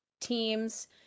teams